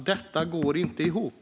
Detta går inte ihop.